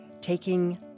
Taking